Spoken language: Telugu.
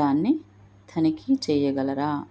దాన్ని తనిఖీ చేయగలరా